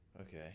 Okay